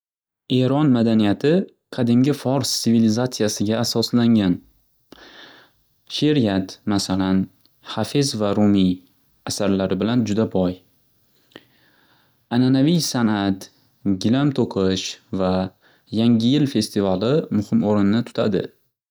Eron madaniyati qadimgi Fors sivilizatsiyasiga asoslangan. Sheriyat masalan, Hafez va Rumiy asarlari bilan juda boy. Ananaviy san'at gilam to'qish va yangi yil festivali muxim o'rinni tutadi.